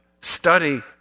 Study